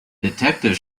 detective